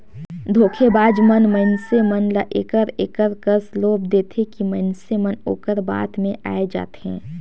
धोखेबाज मन मइनसे मन ल एकर एकर कस लोभ देथे कि मइनसे मन ओकर बात में आए जाथें